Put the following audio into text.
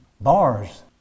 Bars